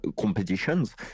competitions